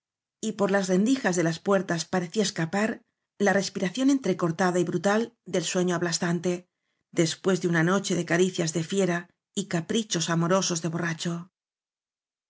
y por las rendijas de las puertas parecía escapar la respiración entrecortada y brutal del sueño aplastante después de una noche de ca ricias de fiera y caprichos amorosos de borracho